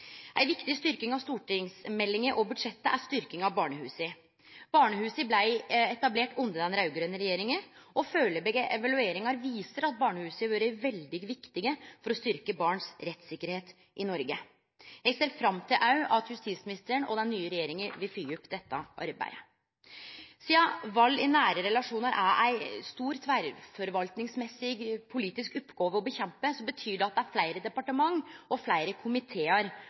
Ei viktig styrking av stortingsmeldinga og budsjettet er styrkinga av barnehusa. Barnehusa blei etablerte under den raud-grøne regjeringa, og foreløpige evalueringar viser at barnehusa har vore veldig viktige for å styrkje barns rettssikkerheit i Noreg. Eg ser òg fram til at justisministeren og den nye regjeringa vil fylgje opp dette arbeidet. Sidan vald i nære relasjonar er ei stor tverrforvaltingsmessig politisk oppgåve å motverke, betyr det at det er fleire departement og fleire komitear